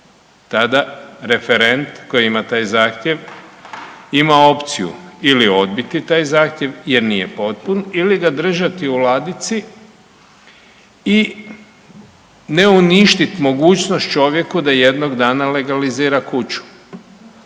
tada referent koji ima taj zahtjev ima opciju ili odbiti taj zahtjev jer nije potpun ili ga držati u ladici i ne uništit mogućnost čovjeku da jednog dana legalizira kuću.